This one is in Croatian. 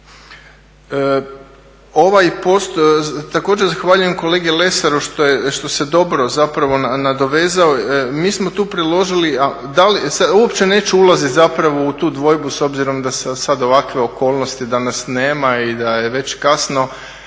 Hrvatske. Također zahvaljujem kolegi Lesaru što se dobro zapravo nadovezao, mi smo tu priložili, uopće neću ulaziti zapravo u tu dvojbu s obzirom da su sada ovakve okolnosti da nas nema i da je već kasno,